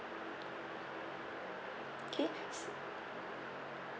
okay